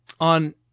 on